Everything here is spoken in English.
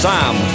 Sam